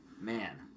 Man